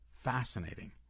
Fascinating